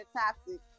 toxic